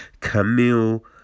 Camille